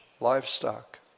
livestock